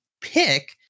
pick